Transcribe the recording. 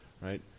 right